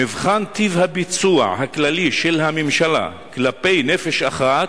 מבחן טיב הביצוע הכללי של הממשלה כלפי נפש אחת